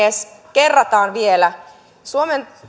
kerrataan vielä suomen